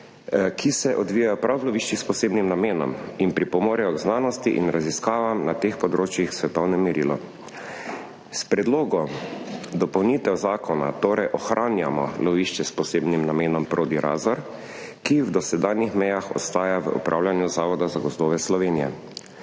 ki se odvijajo prav v loviščih s posebnim namenom in pripomorejo k znanosti in raziskavam na teh področjih v svetovnem merilu. S predlogom dopolnitev zakona torej ohranjamo lovišče s posebnim namenom Prodi Razor, ki v dosedanjih mejah ostaja v upravljanju Zavoda za gozdove Slovenije.